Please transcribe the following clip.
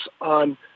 on